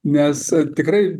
nes tikrai